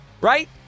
right